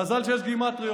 מזל שיש גימטריות.